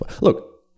Look